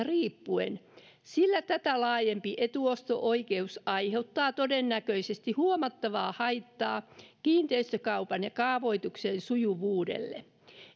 riippuen sillä tätä laajempi etuosto oikeus aiheuttaa todennäköisesti huomattavaa haittaa kiinteistökaupan ja kaavoituksen sujuvuudelle